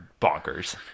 bonkers